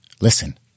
Listen